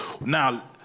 now